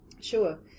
sure